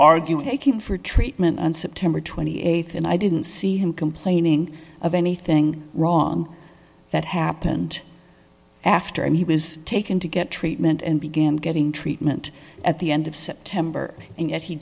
arguing taking for treatment on september th and i didn't see him complaining of anything wrong that happened after and he was taken to get treatment and began getting treatment at the end of september and yet he